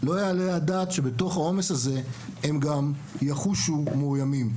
לא יעלה על הדעת שבתוך העומס הזה הם גם יחושו מאוימים.